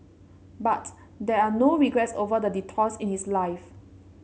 but there are no regrets over the detours in his life